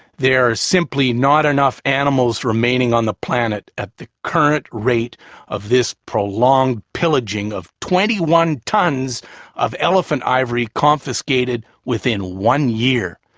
there are simply not enough animals remaining on the planet at the current rate of this prolonged pillaging of twenty one tons of elephant ivory confiscated within one year.